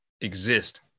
exist